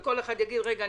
כל אחד יגיד: רגע,